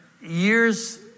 years